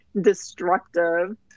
destructive